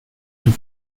and